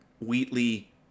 Wheatley